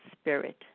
spirit